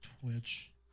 Twitch